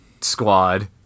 squad